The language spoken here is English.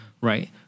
right